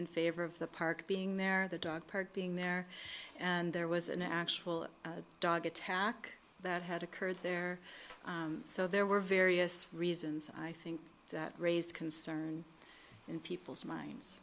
in favor of the park being there the dog park being there and there was an actual dog attack that had occurred there so there were various reasons i think that raised concern in people's minds